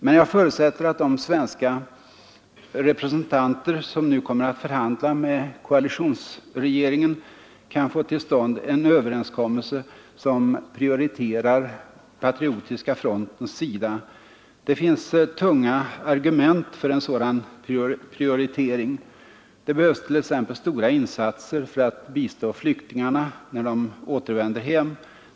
Men jag förutsätter att de svenska representanter som nu kommer att förhandla med koalitionsregeringen kan få till stånd en överenskommelse som prioriterar patriotiska frontens sida. Det finns tunga argument för en sådan prioritering. Det behövs t.ex. stora insatser för att bistå flyktingarna när de återvänder hem.